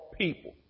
people